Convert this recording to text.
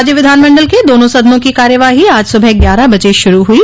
राज्य विधानमंडल के दोनों सदनों की कार्यवाही आज सुबह ग्यारह बजे शुरू हुई